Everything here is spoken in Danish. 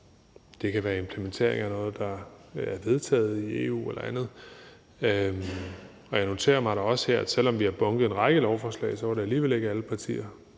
det kan være en implementering af noget, som er vedtaget i EU, eller noget andet. Jeg noterer mig også her, at selv om vi har bunket en række lovforslag sammen, var det alligevel ikke alle partier,